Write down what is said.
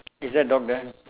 is there dog there